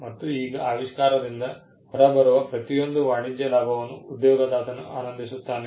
ಮತ್ತು ಈಗ ಆವಿಷ್ಕಾರದಿಂದ ಹೊರಬರುವ ಪ್ರತಿಯೊಂದು ವಾಣಿಜ್ಯ ಲಾಭವನ್ನು ಉದ್ಯೋಗದಾತನು ಆನಂದಿಸುತ್ತಾನೆ